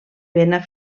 vena